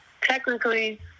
technically